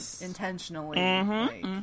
intentionally